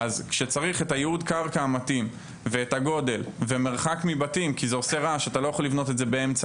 הענף הזה מתפתח והוא לא נמצא כעת במקום